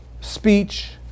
speech